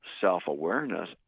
Self-awareness